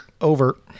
over